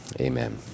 Amen